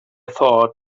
thought